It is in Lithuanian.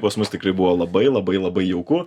pas mus tikrai buvo labai labai labai jauku